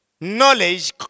knowledge